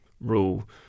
rule